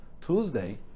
Tuesday